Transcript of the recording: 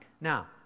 Now